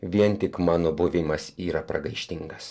vien tik mano buvimas yra pragaištingas